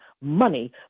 money